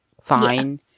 fine